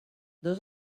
dos